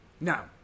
Now